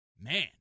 man